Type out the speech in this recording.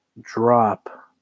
drop